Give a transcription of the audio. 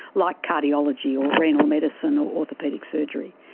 like cardiology or renal medicine or orthopaedic surgery.